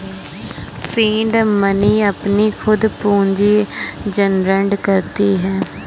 seed money अपनी खुद पूंजी जनरेट करती है